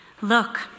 Look